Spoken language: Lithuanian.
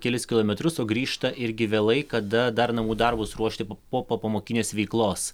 kelis kilometrus o grįžta irgi vėlai kada dar namų darbus ruošti po popamokinės veiklos